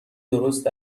درست